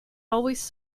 always